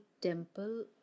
temple